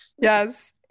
Yes